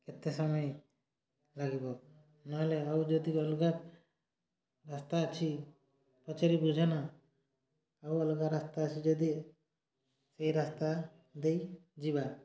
କେତେ ସମୟ ଲାଗିବ ନହେଲେ ଆଉ ଯଦି ଅଲଗା ରାସ୍ତା ଅଛି ପଛରେ ବୁଝନା ଆଉ ଅଲଗା ରାସ୍ତା ଅଛି ଯଦି ସେଇ ରାସ୍ତା ଦେଇଯିବା